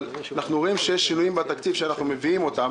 אבל אנחנו רואים שיש שינויים בתקציב שאנחנו מביאים אותם.